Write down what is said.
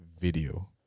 video